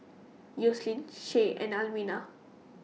Yoselin Shay and Alwina